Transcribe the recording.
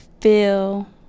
feel